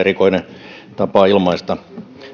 erikoinen tapa ilmaista